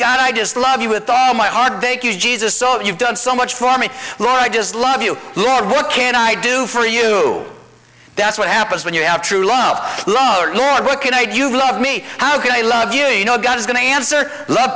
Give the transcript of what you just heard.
god i just love you with oh my heart thank you jesus so you've done so much for me oh i just love you lord what can i do for you that's what happens when you have true love love the lord what can i do you love me how can i love you you know god is going to answer love